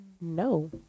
no